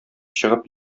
чыгып